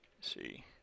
see